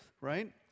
right